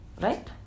Right